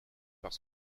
parce